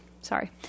sorry